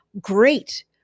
great